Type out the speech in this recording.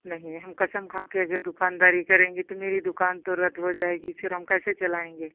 नहीं हम कसम खा कर अगर दुकानदारी करेंगे तो मेरी दुकान तो रद्द हो जाएगी फिर हम कैसे चलाएंगे